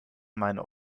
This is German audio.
meinem